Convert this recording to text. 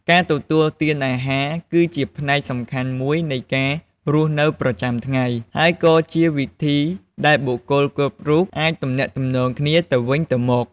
ការទទួលទានអាហារគឺជាផ្នែកសំខាន់មួយនៃការរស់នៅប្រចាំថ្ងៃ ហើយក៏ជាវិធីដែលបុគ្គលគ្រប់រូបអាចទំនាក់ទំនងគ្នាទៅវិញទៅមក។